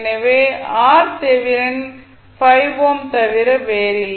எனவே 5 ஓம் தவிர வேறில்லை